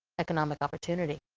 economic opportunity.